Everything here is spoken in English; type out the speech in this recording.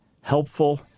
helpful